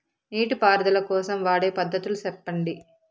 నీటి పారుదల కోసం వాడే పద్ధతులు సెప్పండి?